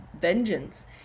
vengeance